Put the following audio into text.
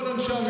כן,